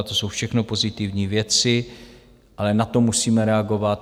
To jsou všechno pozitivní věci, ale na to musíme reagovat.